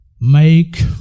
make